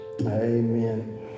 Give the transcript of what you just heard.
Amen